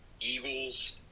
eagles